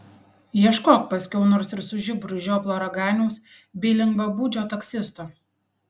ieškok paskiau nors ir su žiburiu žioplo raganiaus bei lengvabūdžio taksisto